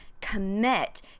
commit